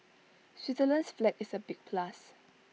Switzerland's flag is A big plus